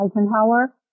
Eisenhower